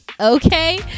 Okay